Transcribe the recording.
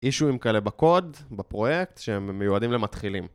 אישויים כאלה בקוד, בפרויקט, שהם מיועדים למתחילים